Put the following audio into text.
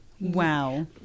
Wow